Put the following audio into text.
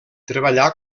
treballà